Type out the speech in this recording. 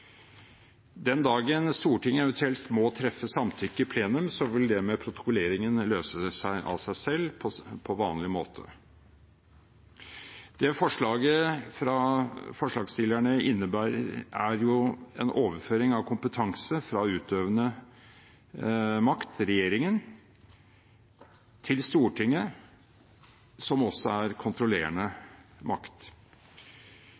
Den dagen Stortinget eventuelt må vedta samtykke i plenum, vil det med protokolleringen løse seg av seg selv på vanlig måte. Det forslaget fra forslagsstillerne innebærer, er jo en overføring av kompetanse fra den utøvende makt, regjeringen, til Stortinget, som også er kontrollerende